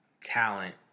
talent